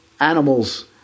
animal's